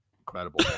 Incredible